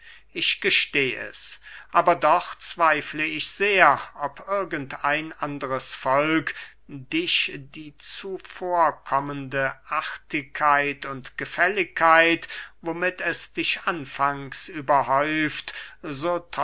ich gesteh es aber doch zweifle ich sehr ob irgend ein anderes volk dich die zuvorkommende artigkeit und gefälligkeit womit es dich anfangs überhäuft